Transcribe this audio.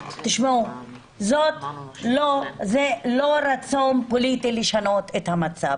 תשמעו, זה לא רצון פוליטי לשנות את המצב.